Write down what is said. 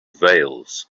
veils